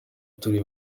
turi